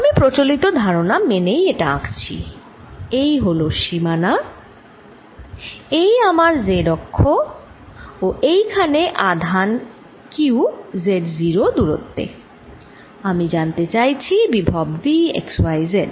আমি প্রচলিত ধারণা মেনেই এটা আঁকছি এই হল সীমানা এই আমার z অক্ষ ও এইখানে আধান q Z0 দূরত্বে আমি জানতে চাইছি বিভব V x y z